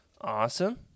Awesome